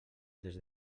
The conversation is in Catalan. des